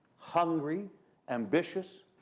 hungry ambitious,